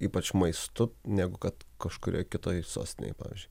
ypač maistu negu kad kažkurioj kitoj sostinėj pavyzdžiui